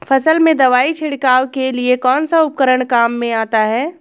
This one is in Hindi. फसल में दवाई छिड़काव के लिए कौनसा उपकरण काम में आता है?